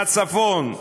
בצפון,